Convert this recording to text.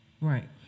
Right